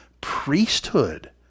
priesthood